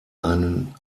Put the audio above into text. einen